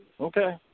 Okay